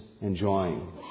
enjoying